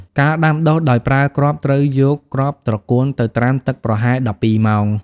ការដាំដុះដោយប្រើគ្រាប់ត្រូវយក គ្រាប់ត្រកួន ទៅត្រាំទឹកប្រហែល ១២ ម៉ោង។